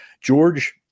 George –